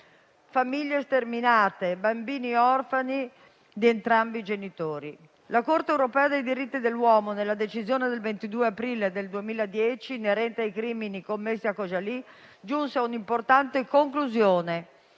famiglie sterminate e bambini orfani di entrambi i genitori. La Corte europea dei diritti dell'uomo, nella decisione del 22 aprile 2010 inerente ai crimini commessi a Khojaly, giunse a un'importante conclusione,